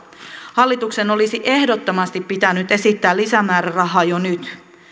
hallituksen olisi ehdottomasti pitänyt esittää lisämäärärahaa jo nyt